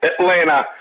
Atlanta